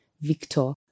Victor